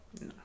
No